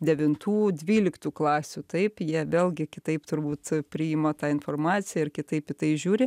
devintų dvyliktų klasių taip jie vėlgi kitaip turbūt priima tą informaciją ir kitaip į tai žiūri